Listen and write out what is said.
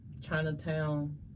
chinatown